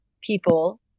people